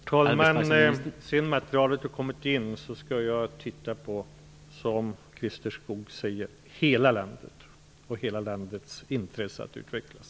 Herr talman! Sedan materialet har kommit in skall jag, som Christer Skoog säger, se på hela landet och hela landets intresse att utvecklas.